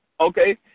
okay